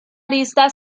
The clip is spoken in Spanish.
arista